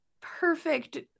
perfect